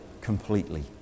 completely